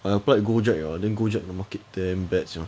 I applied Gojek liao then Gojek the market damn bad